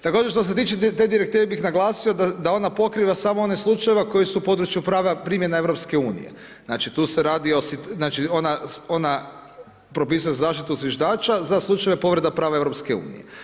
Također što se tiče te direktive bih naglasio da ona pokriva samo one slučajeve koje su u području prava primjene EU, znači tu se radi, znači ona propisuje zaštitu zviždača za slučaj povrede prava EU.